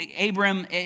Abram